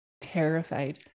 terrified